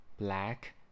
Black